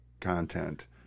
content